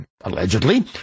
allegedly